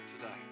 today